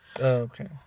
okay